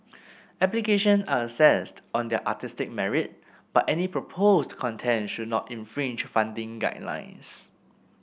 application are assessed on their artistic merit but any proposed content should not infringe funding guidelines